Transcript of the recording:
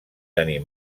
tenir